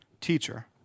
teacher